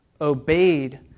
obeyed